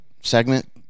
segment